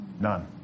None